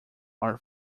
art